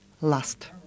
last